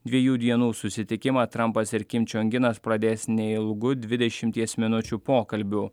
dviejų dienų susitikimą trampas ir kim čiong inas pradės neilgu dvidešimties minučių pokalbiu